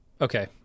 Okay